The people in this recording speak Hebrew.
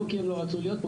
לא כי הם לא רצו להיות פה,